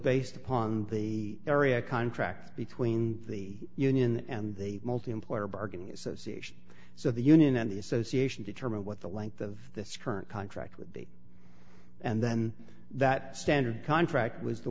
based upon the area contract between the union and the multiemployer bargaining association so the union and the association determine what the length of this current contract would be and then that standard contract was the